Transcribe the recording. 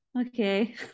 okay